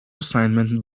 assignment